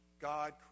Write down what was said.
God